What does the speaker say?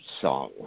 song